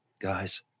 guys